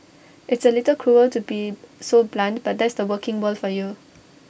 it's A little cruel to be so blunt but that's the working world for you